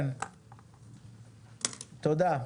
כן, תודה.